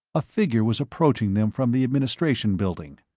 a figure was approaching them from the administration building.